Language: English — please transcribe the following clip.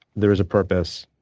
there is a purpose.